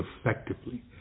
effectively